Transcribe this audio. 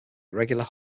irregular